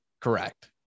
correct